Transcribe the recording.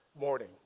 morning